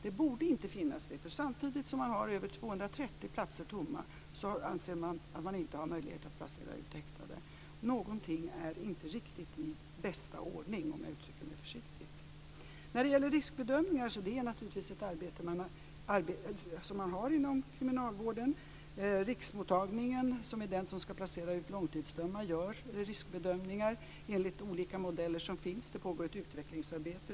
De borde inte finnas. Samtidigt som över 230 platser är tomma anser man att man inte har möjlighet att placera ut häktade. Någonting är inte riktigt i bästa ordning, om jag uttrycker mig försiktigt. När det gäller riskbedömningar kan jag säga att det naturligtvis är ett arbete som man har inom kriminalvården. Riksmottagningen, som är den som ska placera ut långtidsdömda, gör riskbedömningar enligt olika modeller som finns. Det pågår ett utvecklingsarbete.